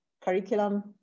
curriculum